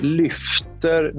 lyfter